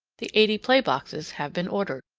the eighty play boxes have been ordered.